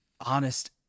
honest